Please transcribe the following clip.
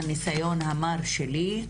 מהנסיון המר שלי,